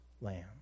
lamb